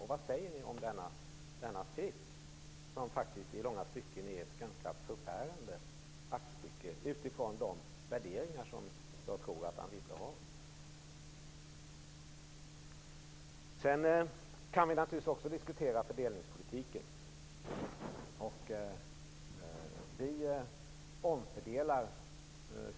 Och vad säger man inom Folkpartiet om denna skrift, som i långa stycken faktiskt är ett ganska förfärande aktstycke utifrån de värderingar som jag tror att Anne Wibble har? Visst kan vi diskutera fördelningspolitiken. Vänsterpartiet omfördelar skattebördan.